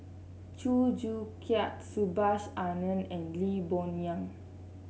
Chew Joo Chiat Subhas Anandan and Lee Boon Yang